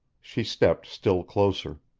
she stepped still closer.